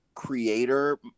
creator